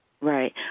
Right